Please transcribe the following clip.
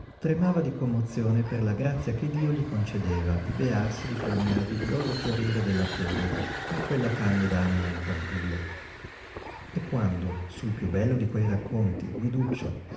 tremava di commozione per la grazia che dio gli concedeva di bearsi di quel meraviglioso fiorire della fede in quella candida anima infantile e quando sul piú bello di quei racconti guiduccio